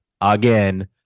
again